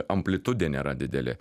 amplitudė nėra didelė